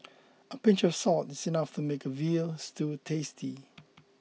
a pinch of salt is enough to make a Veal Stew tasty